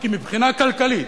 כי מבחינה כלכלית,